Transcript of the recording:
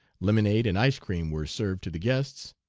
lemonade and ice-cream were served to the guests.